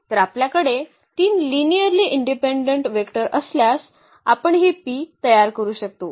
तर आपल्याकडे 3 linearly independent vector असल्यास आपण हे P तयार करू शकतो